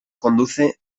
conduce